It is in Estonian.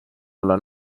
alla